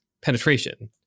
penetration